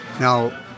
Now